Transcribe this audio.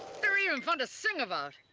they're even fun to sing about.